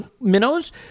Minnows